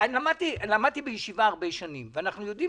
למדתי בישיבה הרבה שנים ואנחנו יודעים